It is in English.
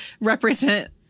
represent